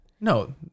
No